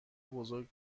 بزرگ